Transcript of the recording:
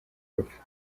rupfu